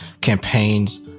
campaigns